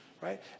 right